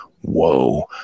Whoa